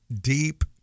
deep